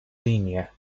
línea